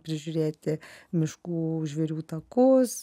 prižiūrėti miškų žvėrių takus